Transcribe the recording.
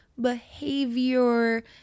behavior